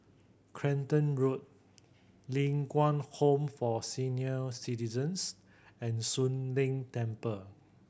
Clacton Road Ling Kwang Home for Senior Citizens and Soon Leng Temple